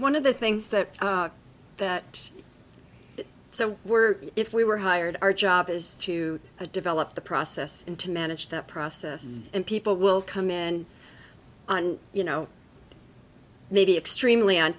one of the things that that so we're if we were hired our job is to develop the process and to manage that process and people will come in on you know maybe extremely on